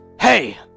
Hey